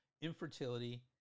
infertility